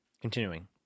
continuing